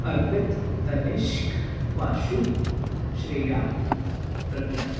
Arpit Tanishk Vasu Shreya Pragya